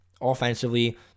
offensively